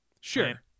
Sure